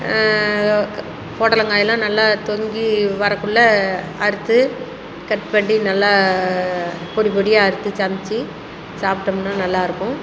பொடலங்காய் எல்லாம் நல்லா தொங்கி வரக்குள்ளே அறுத்து கட் பண்டி நல்லா பொடி பொடியாக அறுத்து சமைச்சு சாப்பிட்டோம்னா நல்லா இருக்கும்